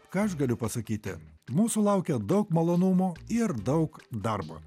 ką aš galiu pasakyti mūsų laukia daug malonumo ir daug darbo